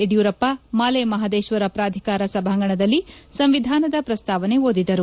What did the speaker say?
ಯಡಿಯೂರಪ್ಪ ಮಲೆಮಹದೇಶ್ವರ ಪ್ರಾಧಿಕಾರ ಸಭಾಂಗಣದಲ್ಲಿ ಸಂವಿಧಾನದ ಪ್ರಸ್ತಾವನೆ ಓದಿದರು